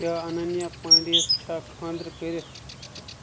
کیٛاہ اَننیا پانڈییَس چھا خانٛدرٕ کٔرِتھ